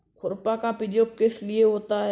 खुरपा का प्रयोग किस लिए होता है?